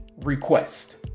request